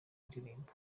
ndirimbo